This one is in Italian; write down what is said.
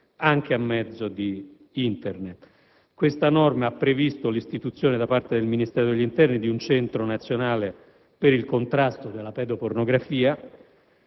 anche a mezzo di Internet. Questa norma ha previsto l'istituzione, da parte del Ministero dell'interno, di un Centro nazionale per il contrasto alla pedopornografia,